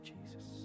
Jesus